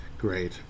Great